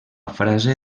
frase